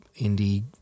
indie